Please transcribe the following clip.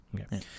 Okay